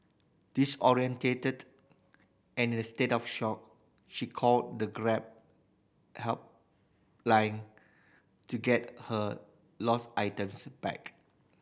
disoriented and in a state of shock she called the Grab helpline to get her lost items back